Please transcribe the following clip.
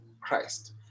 Christ